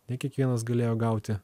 ne kiekvienas galėjo gauti